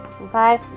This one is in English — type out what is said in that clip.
Okay